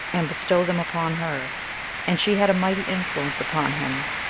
and bestow them upon her and she had a mighty influence upon him,